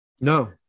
No